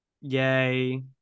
yay